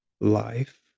life